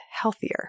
healthier